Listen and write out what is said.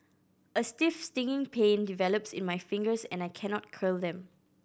a stiff stinging pain develops in my fingers and I cannot curl them